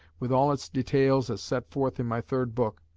with all its details as set forth in my third book,